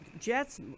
Jets